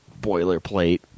boilerplate